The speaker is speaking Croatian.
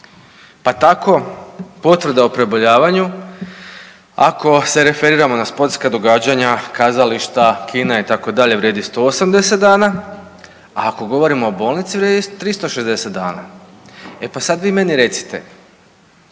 pa tako potvrda o preboljavanju ako se referiramo na sportska događanja, kazališta, kina itd. vrijedi 180 dana, a ako govorimo o bolnici vrijedi 360 dana. E pa sad vi meni recite,